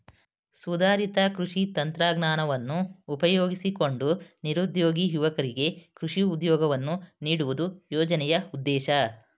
ಸುಧಾರಿತ ಕೃಷಿ ತಂತ್ರಜ್ಞಾನವನ್ನು ಉಪಯೋಗಿಸಿಕೊಂಡು ನಿರುದ್ಯೋಗಿ ಯುವಕರಿಗೆ ಕೃಷಿ ಉದ್ಯೋಗವನ್ನು ನೀಡುವುದು ಯೋಜನೆಯ ಉದ್ದೇಶ